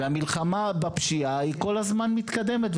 כשאין לי שוטרים בניידות אנחנו כל חודש סוגרים תחנת משטרה,